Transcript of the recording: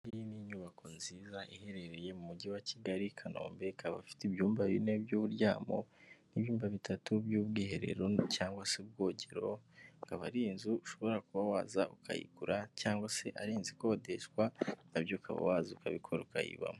Iyi ni inyubako nziza iherereye mu Mujyi wa Kigali, i Kanombe. Ikaba ifite ibyumba bine by'uryamo n'ibimba bitatu by'ubwiherero cyangwa se ubwogero. Ukaba ari inzu ushobora kuba waza ukayigura, cyangwa se ari inzu ikodeshwa na byo ukaba waza ukabikora ukayibamo.